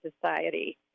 Society